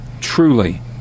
truly